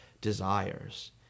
desires